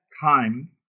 time